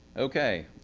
okay.